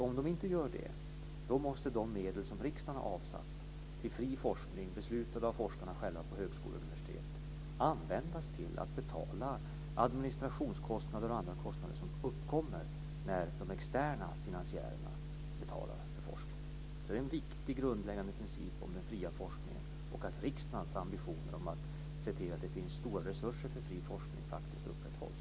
Om de inte gör det måste de medel som riksdagen har avsatt till fri forskning, beslutade av forskarna själva på högskolor och universitet, användas till att betala administrationskostnader och andra kostnader som uppkommer när de externa finansiärerna betalar för forskning. Detta är alltså en viktig och grundläggande princip för den fria forskningen och för att riksdagens ambitioner att se till att det finns stora resurser för fri forskning faktiskt upprätthålls.